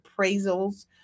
appraisals